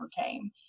came